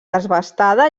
desbastada